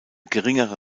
geringere